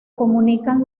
comunican